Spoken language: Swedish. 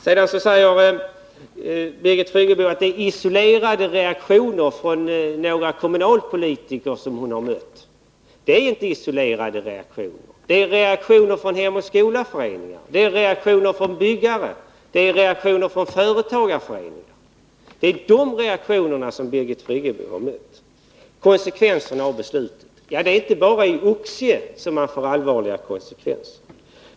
Birgit Friggebo säger att det är isolerade reaktioner från några kommu Nr 81 nalpolitiker som hon har mött. Men det är inte fråga om några isolerade Tisdagen den reaktioner. Det är reaktioner från Hem och Skola-föreningen, byggare och 16 februari 1982 företagarföreningar. Det är dessa reaktioner som Birgit Friggebo har mött. Om regeringens Beträffande konsekvenserna av beslutet: Det är inte bara i Oxie som man — handläggning av får allvarliga konsekvenser.